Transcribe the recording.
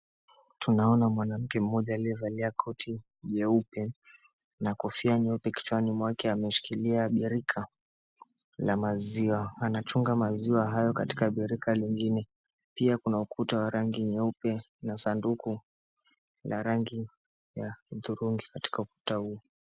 Tunaona mwanamke mmoja aliyevalia koti jeupe na kofia nyeupe. Kichwani mwake ameshikilia birika la maziwa. Anachunga maziwa hayo katika birika lingine. Pia kuna ukuta wa rangi nyeupe na sanduku la rangi ya hudhurungi katika ukuta huo.